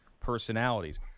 personalities